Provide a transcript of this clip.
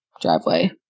driveway